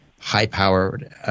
high-powered